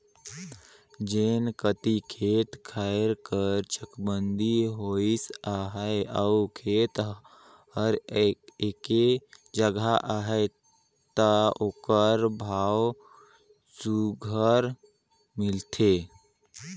जेन कती खेत खाएर कर चकबंदी होइस अहे अउ खेत हर एके जगहा अहे ता ओकर भाव सुग्घर मिलथे